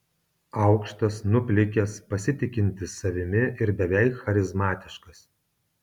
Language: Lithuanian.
aukštas nuplikęs pasitikintis savimi ir beveik charizmatiškas